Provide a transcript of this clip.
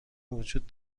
وجود